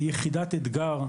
יחידת אתגר,